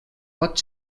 pot